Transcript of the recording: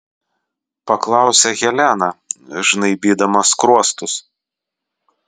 paklausė helena žnaibydama skruostus